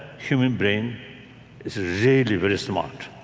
human brain is really very smart.